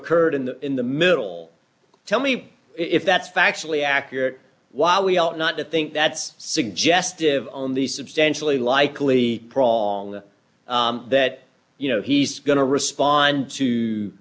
occurred in the in the middle tell me if that's factually accurate while we ought not to think that's suggestive on the substantially likely prong that you know he's going to respond to